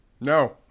No